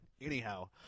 Anyhow